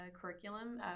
curriculum